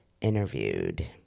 interviewed